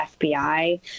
FBI